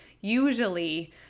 usually